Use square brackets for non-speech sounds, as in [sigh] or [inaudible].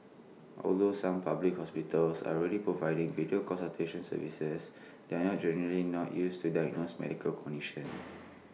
although some public hospitals are already providing video consultation services they are generally not used to diagnose medical conditions [noise]